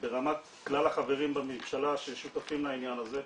ברמת כלל החברים בממשלה ששותפים לעניין הזה,